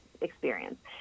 experience